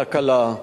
תקלה,